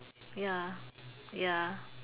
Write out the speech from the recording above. ya ya